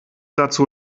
dazu